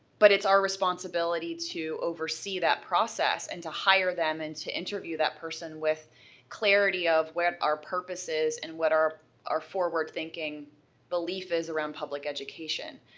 but it's our responsibility to oversee that process and to hire them and to interview that person with clarity of what our purpose is and what our our forward thinking belief is around public education.